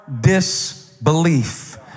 disbelief